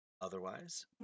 Otherwise